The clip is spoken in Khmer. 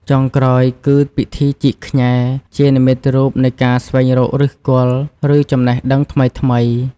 ចុងក្រោយគឺ ពិធីជីកខ្ញែ ជានិមិត្តរូបនៃការស្វែងរកឫសគល់ ឬចំណេះដឹងថ្មីៗ។